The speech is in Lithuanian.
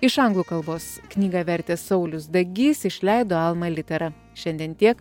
iš anglų kalbos knygą vertė saulius dagys išleido alma litera šiandien tiek